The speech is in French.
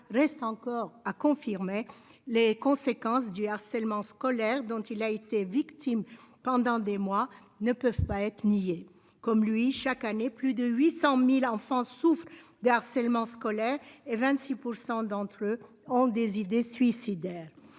reste encore à confirmer les conséquences du harcèlement scolaire dont il a été victime pendant des mois ne peuvent pas être nié comme lui chaque année plus de 800.000 enfants souffrent d'harcèlement scolaire et 26% d'entre eux ont des idées suicidaires.